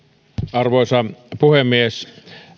arvoisa puhemies